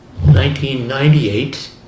1998